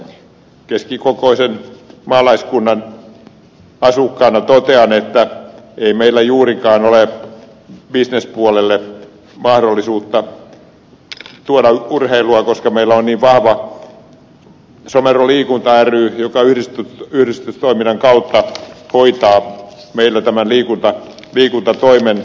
itse keskikokoisen maalaiskunnan asukkaana totean että ei meillä juurikaan ole bisnespuolelle mahdollisuutta tuoda urheilua koska meillä on niin vahva someron liikunta ry joka yhdistystoiminnan kautta hoitaa meillä tämän liikuntatoimen